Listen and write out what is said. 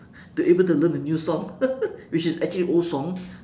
to able to learn a new song which is actually old song